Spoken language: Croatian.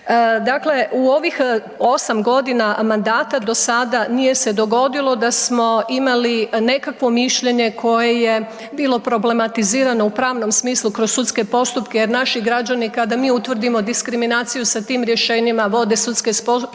Dakle, u ovih 8 g. mandata, do sada nije se dogodilo da smo imali nekakvo mišljenje koje je bilo problematizirano u pravnom smislu kroz sudske postupke jer naši građani kada mi utvrdimo diskriminaciju, sa tim rješenjima vode sudske postupke